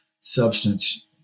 substance